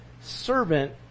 servant